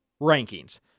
rankings